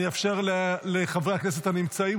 אני אאפשר לחברי הכנסת הנמצאים,